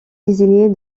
désigner